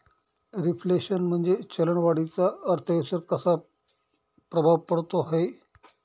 Reflation म्हणजे चलन वाढीचा अर्थव्यवस्थेवर कसा प्रभाव पडतो है?